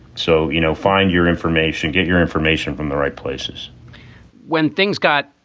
so, you know, find your information, get your information from the right places when things got